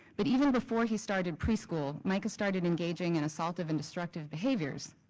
but even before he started preschool, micah started engaging in asaultive and destructive behaviors.